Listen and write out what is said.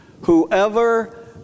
whoever